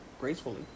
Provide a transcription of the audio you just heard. Gracefully